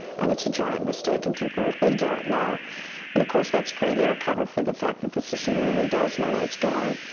and it's a giant mistake and people really don't know. and of course that's great air cover for the fact that the system really does know where it's going.